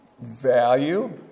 value